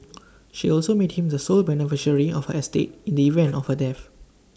she also made him the sole beneficiary of her estate in the event of her death